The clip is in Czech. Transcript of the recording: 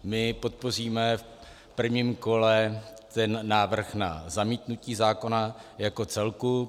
My podpoříme v prvním kole návrh na zamítnutí zákona jako celku.